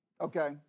Okay